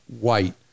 white